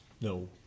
no